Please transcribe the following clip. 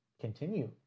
continue